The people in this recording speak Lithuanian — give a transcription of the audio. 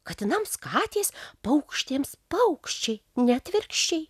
katinams katės paukštėms paukščiai ne atvirkščiai